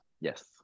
yes